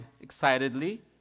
excitedly